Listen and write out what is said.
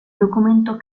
documento